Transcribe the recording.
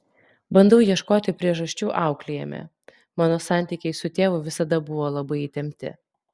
bandau ieškoti priežasčių auklėjime mano santykiai su tėvu visada buvo labai įtempti